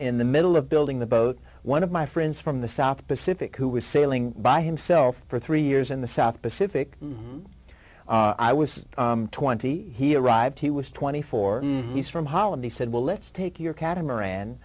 in the middle of building the boat one of my friends from the south pacific who was sailing by himself for three years in the south pacific i was twenty he arrived he was twenty four he's from holland he said well let's take your cat